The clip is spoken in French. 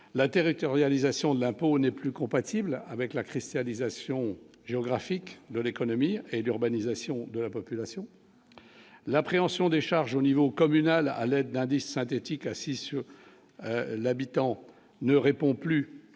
la territorialisation de l'impôt n'est plus compatible avec la christianisation géographique de l'économie et l'urbanisation de la population, l'appréhension des charges au niveau communal à l'aide d'indice synthétique assis sur l'habitant ne répond plus